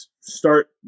start